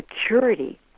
security